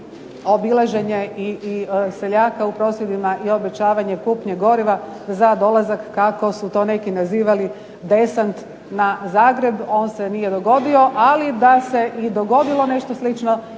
obilaženje i seljaka u prosvjedima i obećavanje kupnje goriva za dolazak kako su to neki nazivali "desant na Zagreb", on se nije dogodio. Ali da se i dogodilo nešto slično